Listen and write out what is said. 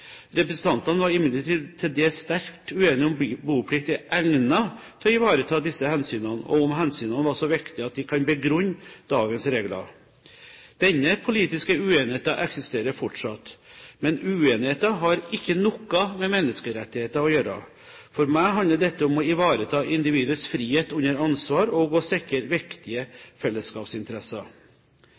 Representantene var imidlertid til dels sterkt uenige om boplikt er egnet til å ivareta disse hensynene, og om hensynene var så viktige at de kan begrunne dagens regler. Denne politiske uenigheten eksisterer fortsatt, men uenigheten har ikke noe med menneskerettigheter å gjøre. For meg handler dette om å ivareta individets frihet under ansvar og å sikre viktige